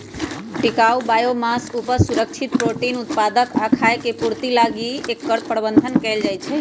टिकाऊ बायोमास उपज, सुरक्षित प्रोटीन उत्पादक आ खाय के पूर्ति लागी एकर प्रबन्धन कएल जाइछइ